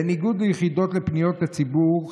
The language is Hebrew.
בניגוד ליחידות לפניות הציבור,